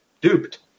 duped